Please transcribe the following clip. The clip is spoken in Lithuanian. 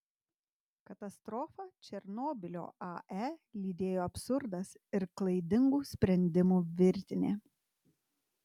katastrofą černobylio ae lydėjo absurdas ir klaidingų sprendimų virtinė